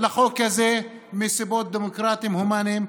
לחוק הזה מסיבות דמוקרטיות הומניות,